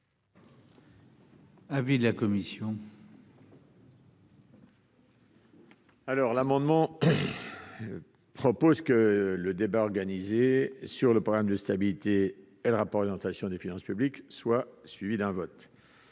l'avis de la commission ? Cet amendement a pour objet que le débat organisé sur le programme de stabilité et le rapport d'orientation des finances publiques soit suivi d'un vote.